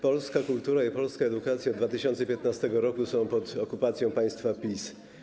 Polska kultura i polska edukacja od 2015 r. są pod okupacją państwa PiS.